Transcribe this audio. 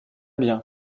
bien